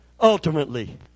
Ultimately